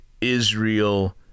Israel